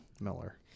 Miller